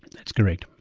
that's correct.